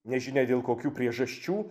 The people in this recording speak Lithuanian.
nežinia dėl kokių priežasčių